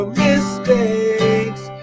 mistakes